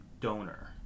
donor